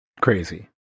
crazy